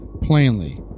Plainly